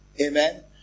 amen